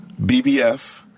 BBF